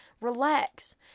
Relax